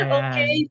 okay